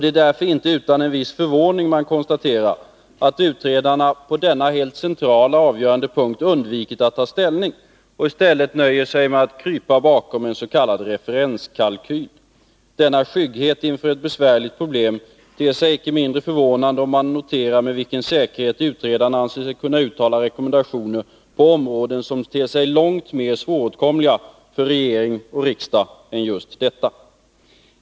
Det är därför inte utan en viss förvåning man konstaterar att utredarna på denna centrala och avgörande punkt undvikit att ta ställning och i stället nöjt sig med att krypa bakom en s.k. referenskalkyl. Denna skygghet inför ett besvärligt problem ter sig icke mindre förvånande om man noterar med vilken säkerhet utredarna anser sig kunna uttala rekommendationer på områden som ter sig långt mer svåråtkomliga för regering och riksdag än just detta.